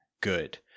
good